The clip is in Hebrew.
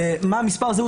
מה מס' הזהות?